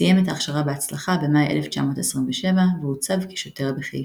סיים את ההכשרה בהצלחה במאי 1927 והוצב כשוטר בחיפה.